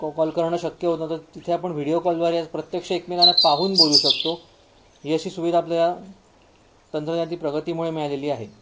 कॉ कॉल करणं शक्य होत नव्हतं तिथे आपण व्हिडीओ कॉलद्वारे आज प्रत्यक्ष एकमेकांना पाहून बोलू शकतो ही अशी सुविधा आपल्याला तंत्रज्ञानातील प्रगतीमुळे मिळालेली आहे